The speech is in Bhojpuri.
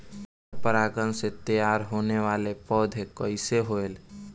पर परागण से तेयार होने वले पौधे कइसे होएल?